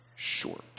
short